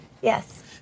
Yes